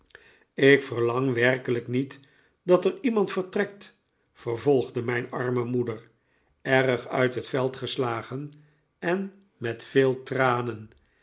ik verlang werkelijk niet dat er iemand vertrekt vervolgde mijn arme moeder erg uit het veld geslagen en met veel tranen